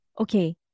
Okay